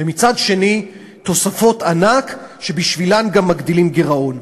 ומצד שני תוספות ענק שבשבילן גם מגדילים גירעון.